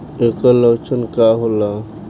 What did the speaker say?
ऐकर लक्षण का होला?